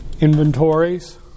Inventories